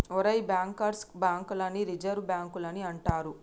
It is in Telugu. ఒరేయ్ బ్యాంకర్స్ బాంక్ లని రిజర్వ్ బాంకులని అంటారు